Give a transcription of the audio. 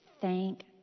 thank